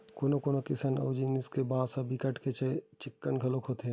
कोनो कोनो किसम अऊ जिनिस के बांस ह बिकट के चिक्कन घलोक होथे